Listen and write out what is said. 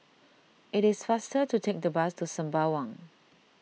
it is faster to take the bus to Sembawang